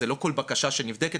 לא כל בקשה שנבדקת,